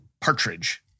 Partridge